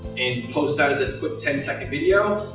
and post that as a quick ten second video.